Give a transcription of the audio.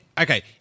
okay